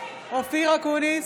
אופיר אקוניס,